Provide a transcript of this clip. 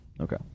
Okay